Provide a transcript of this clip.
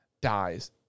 dies